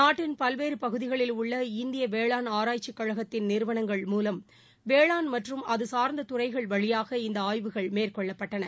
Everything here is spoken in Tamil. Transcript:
நாட்டின் பல்வேறுபகுதிகளில் உள்ள இந்தியவேளாண் ஆராய்ச்சிகழகத்தின் நிறுவனங்கள் மூலம் வேளாண் மற்றும் அதுசா்ந்ததுறைகள் வழியாக இந்தஆய்வுகள் மேற்கொள்ளப்பட்டன